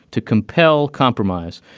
to compel compromise.